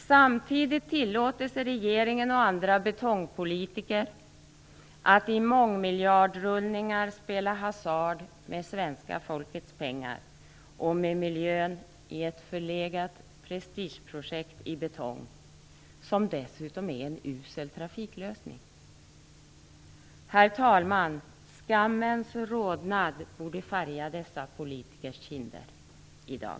Samtidigt tillåter sig regeringen och andra betongpolitiker att i mångmiljardrullningar spela hasard med svenska folkets pengar och med miljön för ett förlegat prestigeprojekt i betong som dessutom är en usel trafiklösning. Herr talman! Skammens rodnad borde färga dessa politikers kinder i dag.